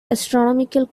astronomical